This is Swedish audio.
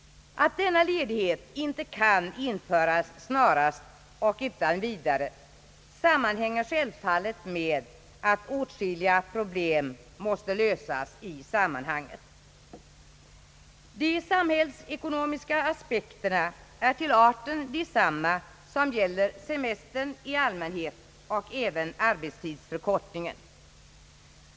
Att denna ledighet inte kan införas snarast och utan vidare sammanhänger självfallet med att åtskilliga problem måste lösas i sammanhanget. De samhällsekonomiska aspekterna är till arten desamma som gäller semestern i allmänhet och även arbetstidsförkortningen.